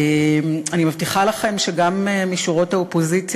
אני מבטיחה לכם שגם משורות האופוזיציה,